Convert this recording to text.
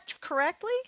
correctly